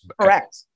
correct